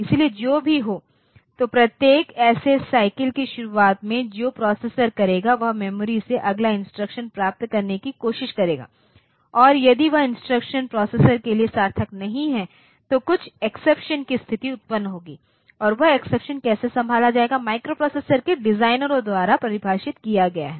इसलिए जो भी हो तो प्रत्येक ऐसे साइकिल की शुरुआत में जो प्रोसेसर करेगा वह मेमोरी से अगला इंस्ट्रक्शन प्राप्त करने की कोशिश करेगा और यदि वह इंस्ट्रक्शन प्रोसेसर के लिए सार्थक नहीं है तो कुछ एक्सेप्शन की स्थिति उत्पन्न होगी और वह एक्सेप्शनकैसे संभाला जाएगा माइक्रोप्रोसेसरों के डिजाइनरों द्वारा परिभाषित किया गया है